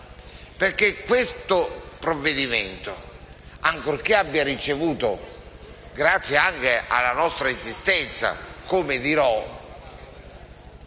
Perché questo provvedimento, ancorché abbia ricevuto, grazie anche alla nostra insistenza, alcune